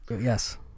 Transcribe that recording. Yes